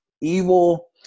evil